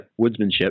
woodsmanship